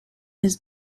his